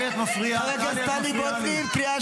עכשיו